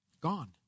Gone